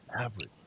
average